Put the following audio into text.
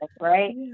right